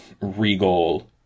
regal